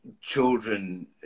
children